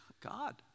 God